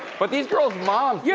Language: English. but these girls' moms. yeah